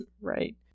right